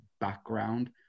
background